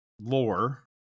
lore